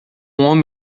homem